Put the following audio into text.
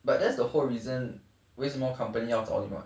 but that's the whole reason 为什么 company 要找你吗